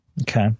Okay